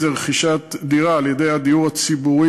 רכישת דירה על-ידי הדייר,